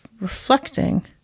reflecting